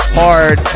hard